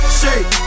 shake